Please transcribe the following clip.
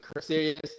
serious